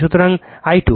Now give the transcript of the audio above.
সুতরাং I2